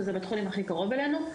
שזה בית החולים הכי קרוב אלינו,